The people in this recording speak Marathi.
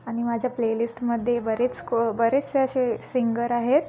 आणि माझ्या प्लेलिस्टध्ये बरेच को बरेचसे असे सिंगर आहेत